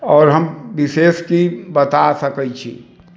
आओर हम विशेष की बता सकै छी